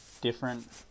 different